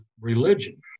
religion